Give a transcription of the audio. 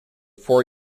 four